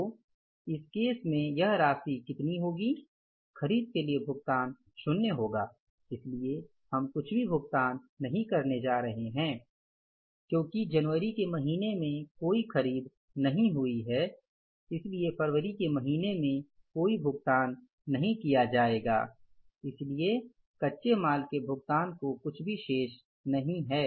तो इस केस में यह राशि कितनी होगी खरीद के लिए भुगतान शुन्य होगा इसलिए हम कुछ भी भुगतान नहीं करने जा रहे हैं क्योंकि जनवरी के महीने में कोई खरीद नहीं हुई है इसलिए फरवरी के महीने में कोई भुगतान नहीं किया जाएगा इसलिए कच्चे माल के भुगतान को कुछ भी शेष नहीं है